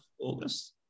August